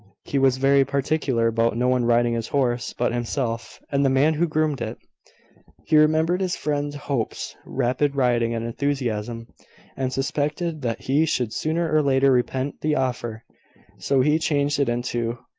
he was very particular about no one riding his horse but himself and the man who groomed it he remembered his friend hope's rapid riding and enthusiasm and suspected that he should sooner or later repent the offer so he changed it into,